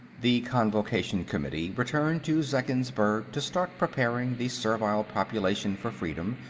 the convocation committee returned to zeggensburg to start preparing the servile population for freedom,